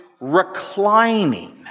reclining